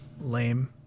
Lame